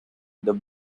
the